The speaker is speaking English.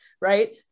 right